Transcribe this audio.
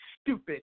stupid